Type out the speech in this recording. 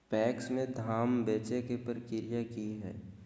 PACS में धाम बेचे के प्रक्रिया की हय?